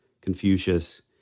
Confucius